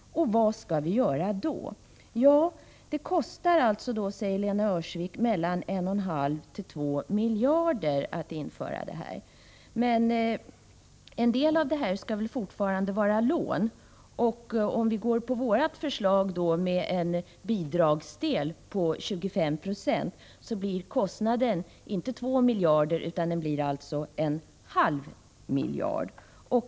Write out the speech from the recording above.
Vad skall vi göra då? Ja, det kostar alltså, säger Lena Öhrsvik, mellan 1,5 och 2 miljarder att införa detta. Men en del skall väl fortfarande vara lån. Och om man går på vårt förslag, med en bidragsdel på 25 96, blir kostnaden inte 2 miljarder utan alltså en 1/2 miljard.